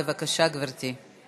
בבקשה, גברתי.